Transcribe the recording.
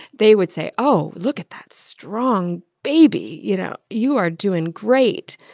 they would say, oh, look at that strong baby. you know, you are doing great.